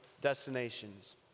destinations